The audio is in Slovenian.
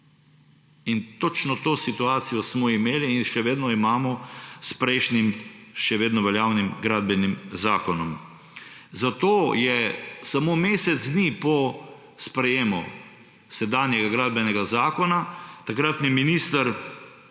In točno to situacijo smo imeli in še vedno imamo s prejšnjim, še vedno veljavnim gradbenim zakonom. Zato je samo mesec dni po sprejemu sedanjega gradbenega zakona takratni minister